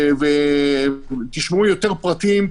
ותשמעו יותר פרטים.